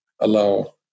allow